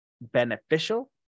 beneficial